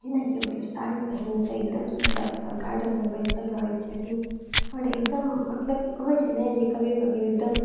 जेना केओ केओ साड़ी पहिन कऽ एकदम सुन्दरसँ गार्डनमे बैसल रहै छथिन आओर एकदम मतलब कि कहै छै ने जे कभी कभी एकदम